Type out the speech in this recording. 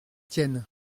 tienne